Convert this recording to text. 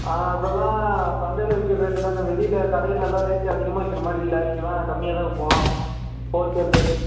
ஆ அதெல்லாம் சந்தையில் விற்கிற ரேட்டு தாங்க வெளியில கடைலலாம் ரேட்டு அதிகமாக விற்கிற மாதிரி இல்லை இங்கல்லாம் கம்மியாக தான் விற்போம் போட்டு எப்படியாச்சும்